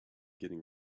getting